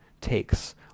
takes